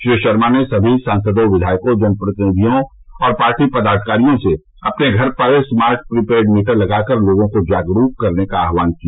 श्री शर्मा ने सभी सांसदों विधायकों जनप्रतिनिधियों और पार्टी पदाधिकारियों से अपने घर पर स्मार्ट प्रीपैड मीटर लगाकर लोगों को जागरूक करने का आहवान किया